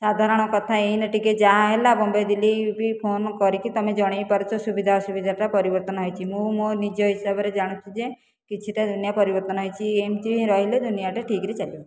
ସାଧାରଣ କଥା ଏଇନା ଟିକିଏ ଯାହା ହେଲା ବମ୍ବେ ଦିଲ୍ଲୀ ବି ଫୋନ୍ କରିକି ତୁମେ ଜଣେଇ ପାରୁଛ ସୁବିଧା ଅସୁବିଧାଟା ପରିବର୍ତ୍ତନ ହୋଇଛି ମୁଁ ମୋ ନିଜ ହିସାବରେ ଜାଣୁଛି ଯେ କିଛିଟା ଦୁନିଆଁ ପରିବର୍ତ୍ତନ ହୋଇଛି ଏମିତି ହିଁ ରହିଲେ ଦୁନିଆଁଟା ଠିକରେ ଚାଲିବ